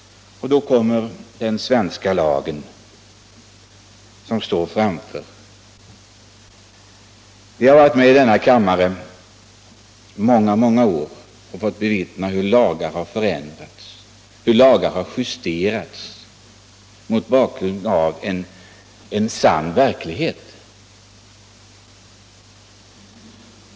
Då står den svenska lagen hindrande i vägen. Vi som varit med i denna kammare under många år har fått bevittna hur lagar har förändrats, hur lagar har justerats mot bakgrunden av en sann verklighet.